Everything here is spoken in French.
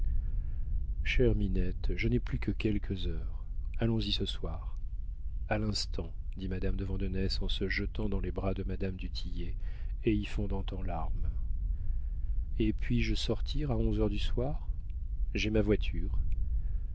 je n'ai plus que quelques heures allons-y ce soir à l'instant dit madame de vandenesse en se jetant dans les bras de madame du tillet et y fondant en larmes et puis-je sortir à onze heures du soir j'ai ma voiture